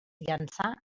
llançà